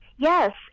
Yes